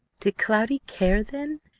did cloudy care, then,